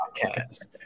podcast